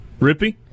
Rippy